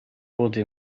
wurde